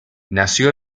nació